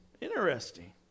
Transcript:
Interesting